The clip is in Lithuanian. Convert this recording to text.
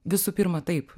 visų pirma taip